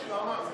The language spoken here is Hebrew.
למה?